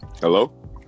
Hello